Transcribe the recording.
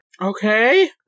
Okay